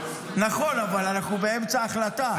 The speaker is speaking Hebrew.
נכון, אבל אנחנו באמצע החלטה.